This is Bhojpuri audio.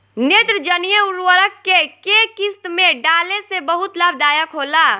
नेत्रजनीय उर्वरक के केय किस्त में डाले से बहुत लाभदायक होला?